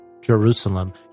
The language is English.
Jerusalem